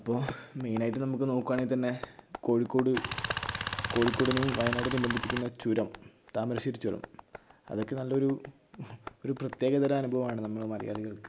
അപ്പോൾ മെയിനായിട്ട് നമുക്ക് നോക്കുകയാണെങ്കിൽ തന്നെ കോഴിക്കോട് കോഴിക്കോടിനെയും വയനാടിനെയും ബന്ധിപ്പിക്കുന്ന ചുരം താമരശ്ശേരി ചുരം അതൊക്കെ നല്ലൊരു ഒരു പ്രത്യേക തരം അനുഭവമാണ് നമ്മൾ മലയാളികൾക്ക്